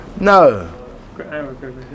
No